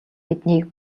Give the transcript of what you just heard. биднийг